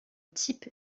type